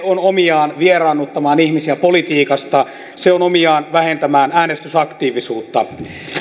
on omiaan vieraannuttamaan ihmisiä politiikasta se on omiaan vähentämään äänestysaktiivisuutta